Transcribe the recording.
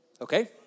Okay